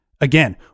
again